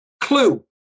Clue